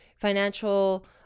financial